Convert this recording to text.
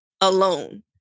alone